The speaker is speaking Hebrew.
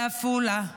בעפולה.